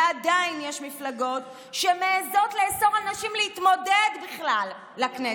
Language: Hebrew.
ועדיין יש מפלגות שמעיזות לאסור על נשים להתמודד בכלל לכנסת.